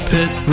Pit